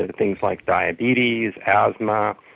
ah things like diabetes, asthma,